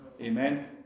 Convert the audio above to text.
Amen